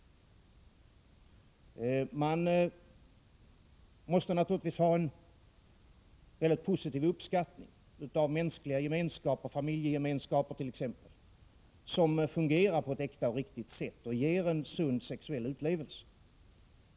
Man måste naturligtvis ha en väldigt positiv uppskattning av mänskliga gemenskaper, av familjegemenskap t.ex., som fungerar på ett äkta och riktigt sätt och ger en sund sexuell utlevelse.